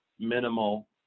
minimal